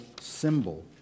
symbol